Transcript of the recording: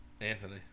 Anthony